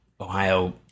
Ohio